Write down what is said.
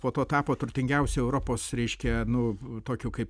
po to tapo turtingiausiu europos reiškia nu tokiu kaip